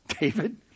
David